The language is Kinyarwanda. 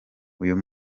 uyu